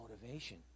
motivation